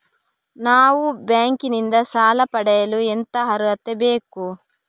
ನಾವು ಬ್ಯಾಂಕ್ ನಿಂದ ಸಾಲ ಪಡೆಯಲು ಎಂತ ಅರ್ಹತೆ ಬೇಕು?